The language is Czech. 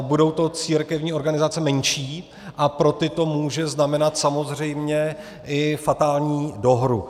Budou to církevní organizace menší a pro ty to může znamenat samozřejmě i fatální dohru.